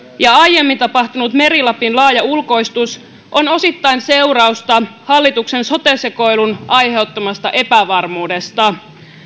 ja aiemmin tapahtunut meri lapin laaja ulkoistus on osittain seurausta hallituksen sote sekoilun aiheuttamasta epävarmuudesta